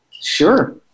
Sure